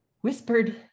whispered